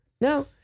no